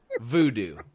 voodoo